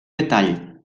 metall